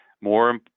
More